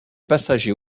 passagers